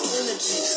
energy